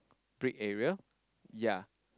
brick area yea